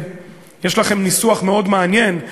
יש לכם ניסוח מאוד מעניין,